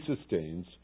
sustains